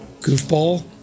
goofball